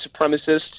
supremacists